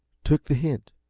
took the hint.